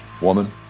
woman